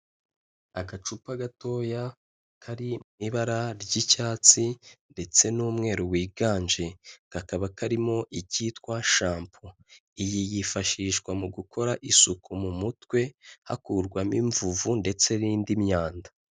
Agacupa gatoya kari mu ibara ry'icyatsi ndetse n'umweru wiganje, kakaba karimo ikitwa shampo. Iyi yifashishwa mu gukora isuku mu mutwe, hakurwamo imvuvu ndetse n'indi myanda.